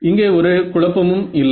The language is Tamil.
இங்கே ஒரு குழப்பமும் இல்லை